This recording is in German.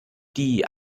die